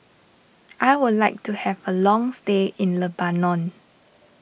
I would like to have a long stay in Lebanon